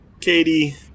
Katie